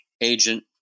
agent